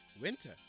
Winter